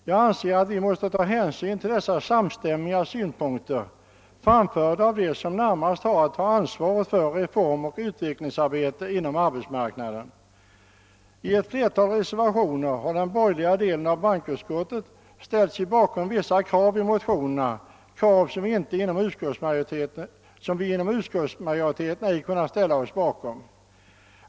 Jag anser att vi måste ta hänsyn till dessa samstämmiga synpunkter, framförda av dem som närmast har att ta ansvaret för reformoch utvecklingsarbetet inom arbetsmarknaden. I ett flertal reservationer har den borgerliga delen av bankoutskottet ställt sig bakom vissa krav i motionerna, krav som utskottsmajoriteten inte kunnat biträda.